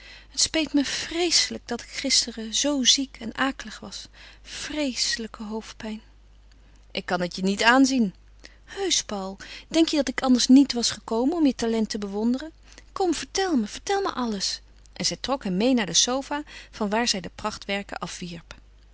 het speet me vreeselijk dat ik gisteren zoo ziek en akelig was vreeselijke hoofdpijn ik kan het je niet aanzien heusch paul denk je dat ik anders niet was gekomen om je talent te bewonderen kom vertel me vertel me alles en zij trok hem meê naar de sofa vanwaar zij de prachtwerken afwierp